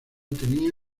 tenían